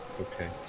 Okay